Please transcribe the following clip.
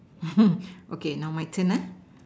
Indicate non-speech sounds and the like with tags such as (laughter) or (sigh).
(noise) okay now my turn uh